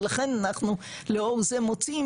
ולכן אנחנו לאור זה מוצאים